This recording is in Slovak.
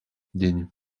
deň